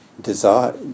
desire